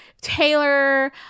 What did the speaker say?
Taylor